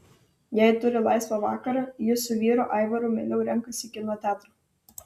jei turi laisvą vakarą ji su vyru aivaru mieliau renkasi kino teatrą